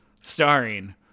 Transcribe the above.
starring